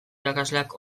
irakasleak